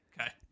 okay